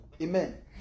Amen